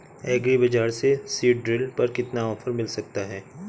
Agree बाजार से seed drill पर कितना ऑफर मिल सकता है?